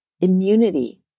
immunity